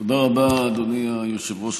תודה רבה, אדוני היושב-ראש.